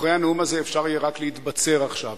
אחרי הנאום הזה אפשר יהיה רק להתבצר עכשיו,